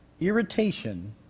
irritation